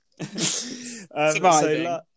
Surviving